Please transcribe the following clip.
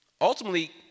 Ultimately